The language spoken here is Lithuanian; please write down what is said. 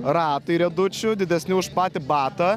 ratai riedučių didesni už patį batą